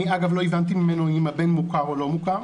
אני, אגב, לא הבנתי ממנו אם הבן מוכר או לא מוכר.